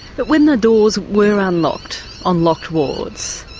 but when the doors were unlocked on locked wards,